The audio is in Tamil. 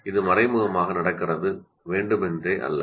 இது மறைமுகமாக நடக்கிறது வேண்டுமென்றே அல்ல